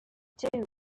too